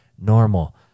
normal